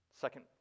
Second